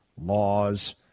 laws